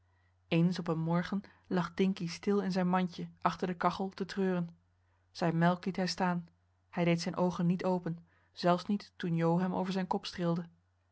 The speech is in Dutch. eens op een morgen lag dinkie stil in zijn mandje achter de kachel te treuren zijn melk liet hij staan hij deed zijn oogen niet open zelfs niet toen jo hem over zijn kop